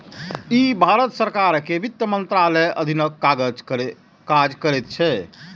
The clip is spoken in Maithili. ई भारत सरकार के वित्त मंत्रालयक अधीन काज करैत छै